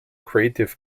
creative